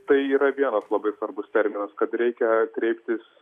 tai yra vienas labai svarbus terminas kad reikia kreiptis